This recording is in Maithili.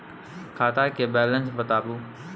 खाता के बैलेंस बताबू?